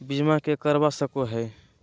बीमा के करवा सको है?